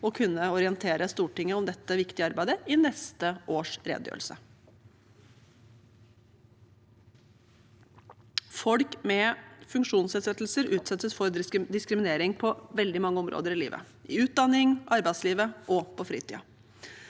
å kunne orientere Stortinget om dette viktige arbeidet i neste års redegjørelse. Folk med funksjonsnedsettelser utsettes for diskriminering på veldig mange områder i livet – i utdanning, i arbeidslivet og på fritiden.